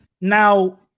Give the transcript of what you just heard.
Now